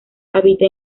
habita